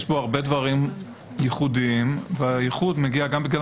יש בו הרבה דברים ייחודיים והייחוד מגיע גם בגלל